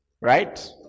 right